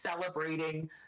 celebrating